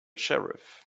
sheriff